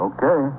Okay